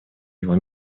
его